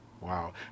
wow